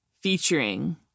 Featuring